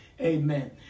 Amen